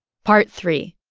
part three.